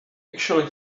actually